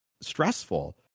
stressful